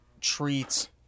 treats